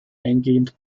eingehend